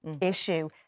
issue